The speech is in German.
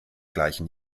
gleichen